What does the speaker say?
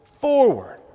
forward